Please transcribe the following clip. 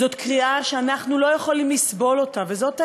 זאת קריאה שאנחנו לא יכולים לסבול, וזאת האמת,